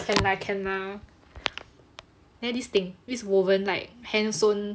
can lah can lah neh this thing this woven like hand sewn